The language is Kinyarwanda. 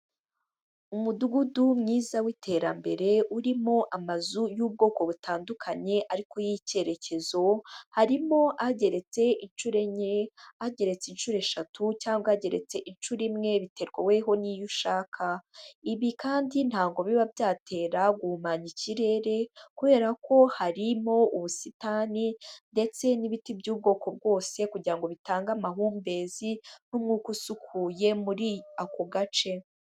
Umudugudu mwiza w'iterambere, urimo amazu y'ubwoko butandukanye ariko y'icyerekezo, harimo ageretse inshuro enye, ageretse inshuro eshatu cyangwa ageretse inshuro imwe, biterwa weho n'iyo ushaka, ibi kandi ntago biba byatera guhumanya ikirere, kubera ko harimo ubusitani ndetse n'ibiti by'ubwoko bwose kugirango bitange amahumbezi n'umwuka usukuye muri ako gace.